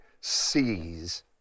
sees